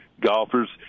golfers